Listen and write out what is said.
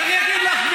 אז אני אגיד לך,